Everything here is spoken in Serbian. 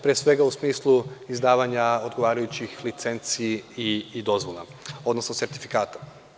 Pre svega, u smislu izdavanja odgovarajućih licenci i dozvola, odnosno sertifikata.